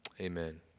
Amen